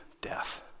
death